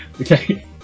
Okay